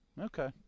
Okay